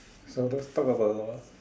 so let's talk about the